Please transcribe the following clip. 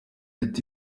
ati